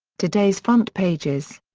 today's front pages.